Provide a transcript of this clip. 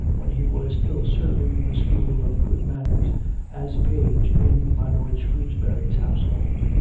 when he was still serving in the school of good manners as page in my lord shrewsbury's household.